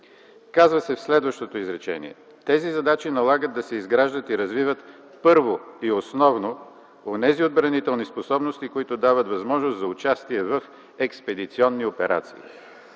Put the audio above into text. В следващото изречение се казва: „тези задачи налагат да се изграждат и развиват, първо и основно, онези отбранителни способности, които дават възможност за участие в експедиционни операции”.